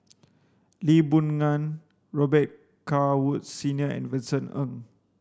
Lee Boon Ngan Robet Carr Woods Senior and Vincent Ng